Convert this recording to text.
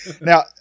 Now